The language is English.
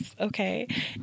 Okay